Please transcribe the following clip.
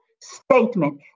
statement